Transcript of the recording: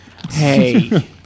Hey